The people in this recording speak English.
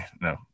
no